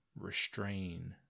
restrain